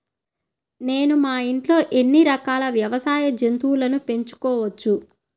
నేను మా ఇంట్లో ఎన్ని రకాల వ్యవసాయ జంతువులను పెంచుకోవచ్చు?